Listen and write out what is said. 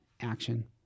action